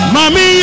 Mami